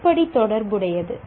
எப்படி தொடர்புடையது